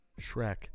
Shrek